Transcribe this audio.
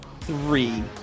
three